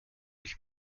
ich